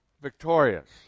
victorious